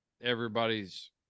everybody's